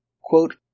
quote